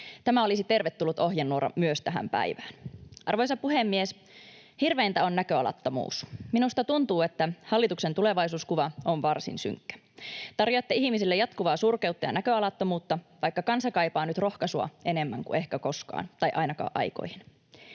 Tämä olisi tervetullut ohjenuora myös tähän päivään. Arvoisa puhemies! Hirveintä on näköalattomuus. Minusta tuntuu, että hallituksen tulevaisuuskuva on varsin synkkä. Tarjoatte ihmisille jatkuvaa surkeutta ja näköalattomuutta, vaikka kansa kaipaa nyt rohkaisua enemmän kuin ehkä koskaan tai ainakaan aikoihin.